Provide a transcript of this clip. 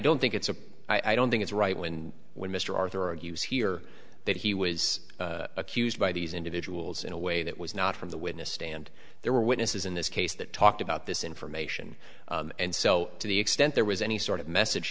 don't think it's a i don't think it's right when when mr arthur argues here that he was accused by these individuals in a way that was not from the witness stand there were witnesses in this case that talked about this information and so to the extent there was any sort of message